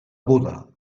buda